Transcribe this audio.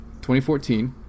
2014